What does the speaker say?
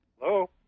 Hello